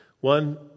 One